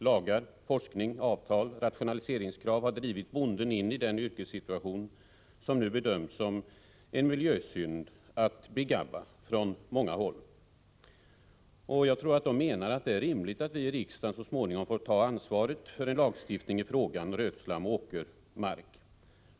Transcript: Lagar, forskning, avtal och rationaliseringskrav har drivit bonden in i den yrkessituation som nu bedöms som en miljösynd att begabba från många håll. Jag tror att man menar att det är rimligt att vi i riksdagen så småningom får ta ansvaret för en lagstiftning i fråga om rötslam och åkermark.